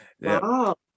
Wow